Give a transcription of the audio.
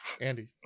Andy